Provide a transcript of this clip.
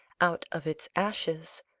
out of its ashes,